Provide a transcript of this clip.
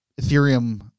Ethereum